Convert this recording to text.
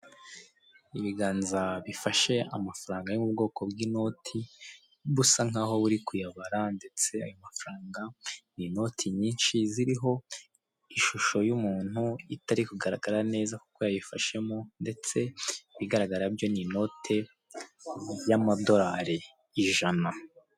Ibiganza bifashe amafaranga yo mu bwoko bw'inoti busa nkaho buri kuyabara ndetse ayo mafaranga ni inoti nyinshi ziriho ishusho y'umuntu itari kugaragara neza kuko yayifashemo ndetse ibigaragara byo ni inote y'amadorari ijana.